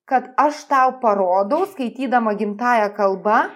kad aš tau parodau skaitydama gimtąja kalba